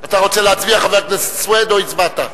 חבר הכנסת סוייד, אתה רוצה להצביע או הצבעת?